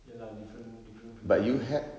ya lah different different privileges